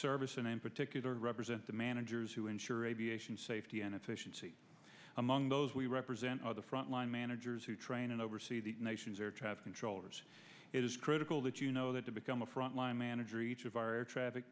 service and in particular represent the managers who ensure aviation safety and efficiency among those we represent are the front line managers who train and oversee the nation's air traffic controllers it is critical that you know that to become a free line manager each of our traffic